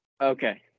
okay